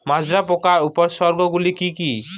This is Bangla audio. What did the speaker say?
মাজরা পোকার উপসর্গগুলি কি কি?